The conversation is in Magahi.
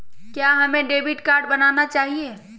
क्या हमें डेबिट कार्ड बनाना चाहिए?